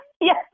Yes